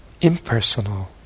impersonal